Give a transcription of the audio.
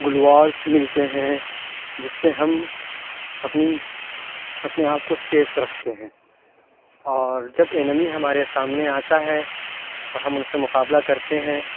گل والس ملتے ہیں جس سے ہم اپنی اپنے آپ کو سیف رکھتے ہیں اور جب اینمی ہمارے سامنے آتا ہے اور ہم ان سے مقابلہ کرتے ہیں